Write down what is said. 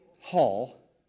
Hall